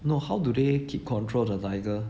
no how do they keep control of the tiger